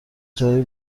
جاهای